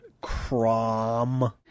crom